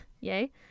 Yay